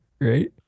right